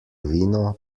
vino